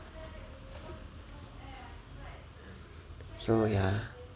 so ya